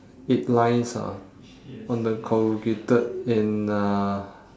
eight lines ah on the corrugated and uh